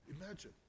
Imagine